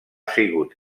sigut